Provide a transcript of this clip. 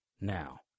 Now